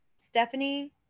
Stephanie